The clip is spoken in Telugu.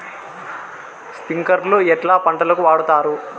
స్ప్రింక్లర్లు ఎట్లా పంటలకు వాడుతారు?